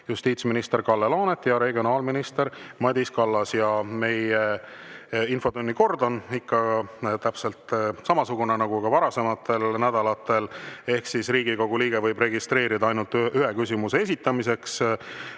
justiitsminister Kalle Laanet ja regionaalminister Madis Kallas. Infotunni kord on täpselt samasugune nagu varasematel nädalatel: Riigikogu liige võib registreeruda ainult ühe küsimuse esitamiseks,